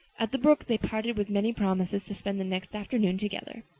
at the brook they parted with many promises to spend the next afternoon together.